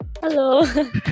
Hello